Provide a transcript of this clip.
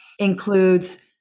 includes